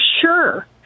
sure